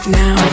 now